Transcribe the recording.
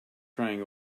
crying